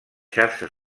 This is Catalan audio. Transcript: xarxes